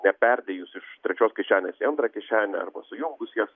neperdėjus iš trečios kišenės į antrą kišenę arba sujungus jas